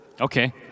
Okay